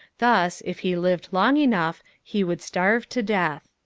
thus, if he lived long enough, he would starve to death.